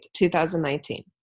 2019